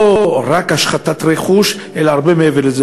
לא רק השחתת רכוש אלא הרבה מעבר לזה.